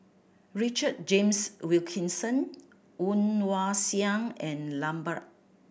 Richard James Wilkinson Woon Wah Siang and Lambert